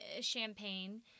champagne